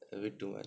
a bit too much